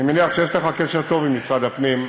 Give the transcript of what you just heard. אני מניח שיש לך קשר טוב עם משרד הפנים,